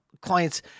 clients